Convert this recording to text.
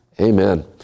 Amen